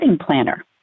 planner